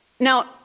Now